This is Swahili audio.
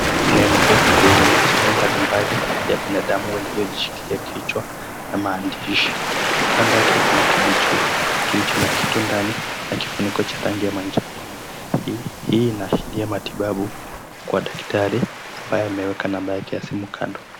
Nembo yenye michoro mbalimbali ya binadamu waliojishikilia kichwa na maandishi. Kando yake kuna kijichupa kilicho na kitu ndani na kifuniko cha rangi ya manjano. Hii inaashiria matibabu kwa daktari ambaye ameweka namba yake ya simu kando.